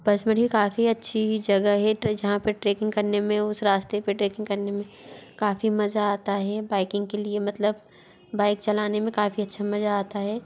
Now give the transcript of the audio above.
पचमणी काफ़ी अच्छी जगह हैं जहाँ पे ट्रेकिंग करने में उस रास्ते पे ट्रेकिंग करने में काफ़ी मजा आता हे बाइकिंग के लिए मतलब बाइक चलाने में काफ़ी अच्छा मजा आता है